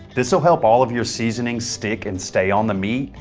this will help all of your seasoning stick and stay on the meat,